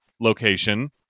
location